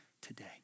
today